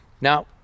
Now